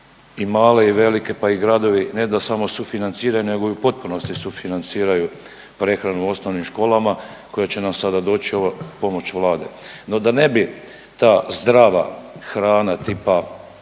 i male i velike pa i gradovi ne da samo sufinanciraju nego i u potpunosti sufinanciraju prehranu u osnovnim školama koja će nam sada doći … pomoć Vlade. No da ne bi ta zdrava hrana tipa